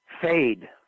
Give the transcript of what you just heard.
fade